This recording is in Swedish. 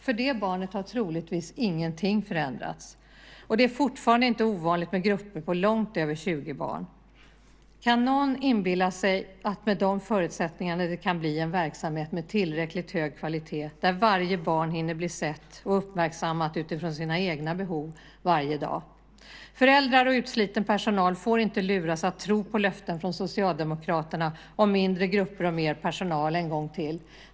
För det barnet har troligtvis ingenting förändrats. Och det är fortfarande inte ovanligt med grupper på långt över 20 barn. Är det någon som inbillar sig att det med sådana förutsättningar kan bli en verksamhet med tillräckligt hög kvalitet, där varje barn hinner bli sett och uppmärksammat utifrån sina egna behov varje dag? Föräldrar och utsliten personal får inte luras att tro på löften från Socialdemokraterna om mindre grupper och mer personal en gång till.